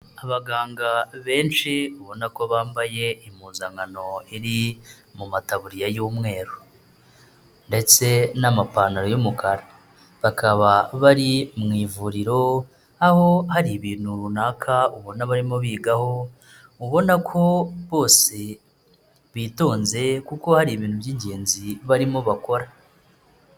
Abaganga benshi ubona ko bambaye impuzankano iri mu mataburiya y'umweru ndetse n'amapantaro y'umukara, bakaba bari mu ivuriro, aho hari ibintu runaka ubona barimo bigaho, ubona ko bose bitonze kuko hari ibintu by'ingenzi barimo bakora.